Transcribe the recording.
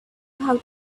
how